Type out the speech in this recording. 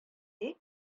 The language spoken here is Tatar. ничек